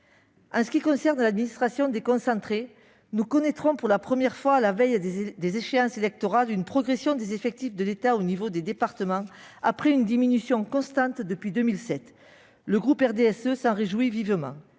S'agissant de l'administration déconcentrée, nous connaîtrons pour la première fois, à la veille des échéances électorales, une progression des effectifs de l'État à l'échelon des départements, après une diminution constante depuis 2007 ... Le groupe du RDSE s'en réjouit vivement.